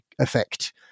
effect